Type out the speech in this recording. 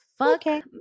Okay